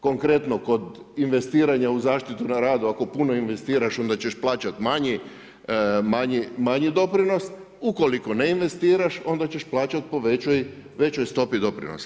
Konkretno, kod investiranja u zaštitu na radu, ako puno investiraš onda ćeš plaćat manji doprinos, ukoliko ne investiraš, onda ćeš plaćati po većoj stopi doprinos.